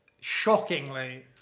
Shockingly